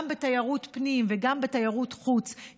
גם בתיירות פנים וגם בתיירות חוץ,